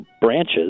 branches